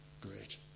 great